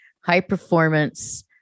high-performance